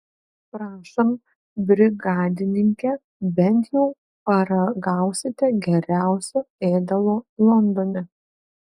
prašom brigadininke bent jau paragausite geriausio ėdalo londone